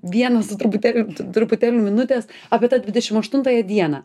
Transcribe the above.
vieną su truputėlį truputėlį minutės apie tą dvidešim aštuntąją dieną